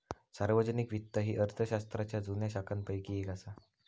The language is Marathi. सार्वजनिक वित्त ही अर्थशास्त्राच्या जुन्या शाखांपैकी येक असा